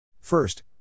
First